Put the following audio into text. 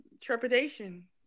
trepidation